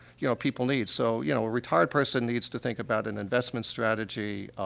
you know, people need. so, you know, a retired person needs to think about an investment strategy,